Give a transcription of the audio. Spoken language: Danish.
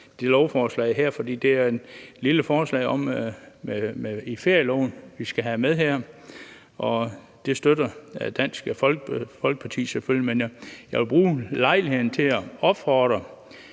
som er et lille forslag vedrørende ferieloven, vi skal have med her, og det støtter Dansk Folkeparti selvfølgelig. Men jeg vil bruge lejligheden til at opfordre